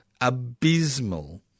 abysmal